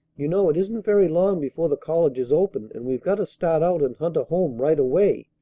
you know it isn't very long before the colleges open, and we've got to start out and hunt a home right away.